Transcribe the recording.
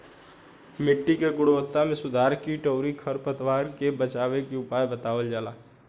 मिट्टी के गुणवत्ता में सुधार कीट अउरी खर पतवार से बचावे के उपाय बतावल जाला